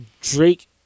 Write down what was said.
Drake